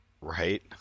Right